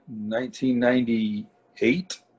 1998